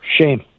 Shame